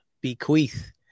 bequeath